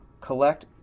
collect